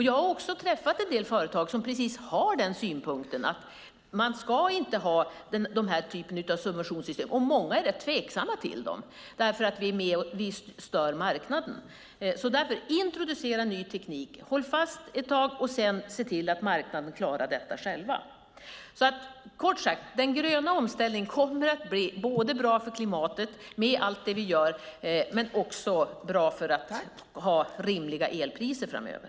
Jag har också träffat en del företag som har precis denna synpunkt, att man inte ska ha denna typ av subventionssystem, och många är rätt tveksamma till dem för att vi stör marknaden. Därför: Introducera ny teknik, håll fast ett tag och se sedan till att marknaden klarar detta själva! Kort sagt kommer den gröna omställningen med allt det vi gör att bli bra både för klimatet och för att ha rimliga elpriser framöver.